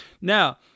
Now